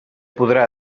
podrà